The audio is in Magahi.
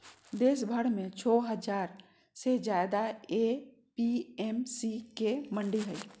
देशभर में छो हजार से ज्यादे ए.पी.एम.सी के मंडि हई